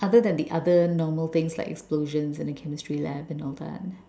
other than the other normal things like explosions in the chemistry lab and all that